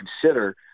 consider